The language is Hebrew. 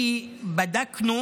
כי בדקנו